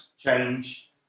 change